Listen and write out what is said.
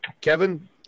Kevin